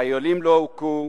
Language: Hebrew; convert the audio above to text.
חיילים לא הוכו,